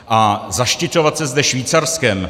A zaštiťovat se zde Švýcarskem?